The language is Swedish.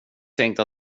tänkte